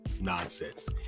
nonsense